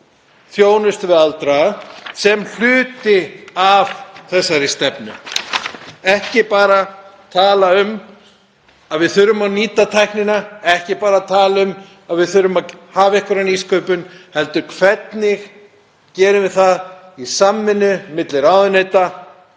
þjónustu við aldraða sem hluta af þessari stefnu. Ekki bara tala um að við þurfum að nýta tæknina, ekki bara tala um að við þurfum að hafa einhverja nýsköpun heldur hvernig við gerum það í samvinnu milli ráðuneyta.